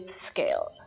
scale